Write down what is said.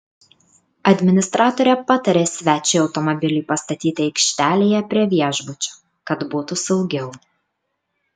administratorė patarė svečiui automobilį pastatyti aikštelėje prie viešbučio kad būtų saugiau